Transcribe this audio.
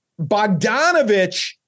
Bogdanovich